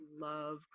love